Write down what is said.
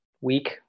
week